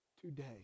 Today